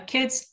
Kids